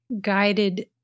guided